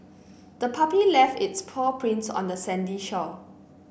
the puppy left its paw prints on the sandy shore